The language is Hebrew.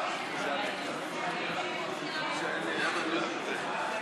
נחמיאס ורבין לסעיף 1 לא נתקבלה.